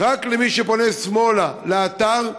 למי שפונה שמאלה לאתר.